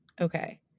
Okay